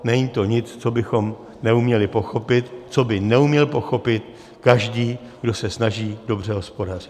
Není to nic, co bychom neuměli pochopit, co by neuměl pochopit každý, kdo se snaží dobře hospodařit.